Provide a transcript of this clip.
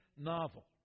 novel